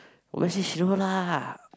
obviously she know lah